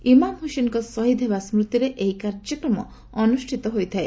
ଇମାମ୍ ହୁସେନ୍ଙ୍କ ଶହୀଦ୍ ହେବା ସ୍କୁତିରେ ଏହି କାର୍ଯ୍ୟକ୍ରମ ଅନୁଷ୍ଠିତ ହୋଇଥାଏ